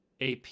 AP